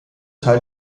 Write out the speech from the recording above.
teil